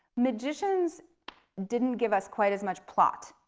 magicians didn't give us quite as much plot.